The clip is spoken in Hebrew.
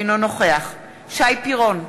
אינו נוכח שי פירון,